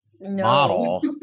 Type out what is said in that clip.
model